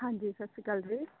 ਹਾਂਜੀ ਸਤਿ ਸ਼੍ਰੀ ਅਕਾਲ ਜੀ